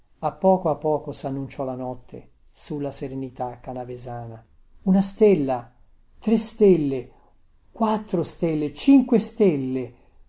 a poco a poco sannunciò la notte sulla serenità canavesana una stella tre stelle quattro stelle cinque stelle